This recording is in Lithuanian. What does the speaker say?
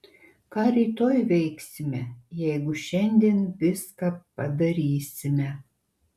ką rytoj veiksime jeigu šiandien viską padarysime